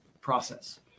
process